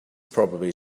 probably